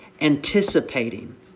anticipating